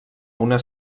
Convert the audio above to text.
una